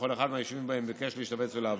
בכל אחד מהיישובים שבהם ביקש להשתבץ ולעבוד.